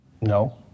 No